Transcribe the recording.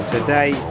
Today